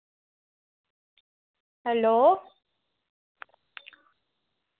hello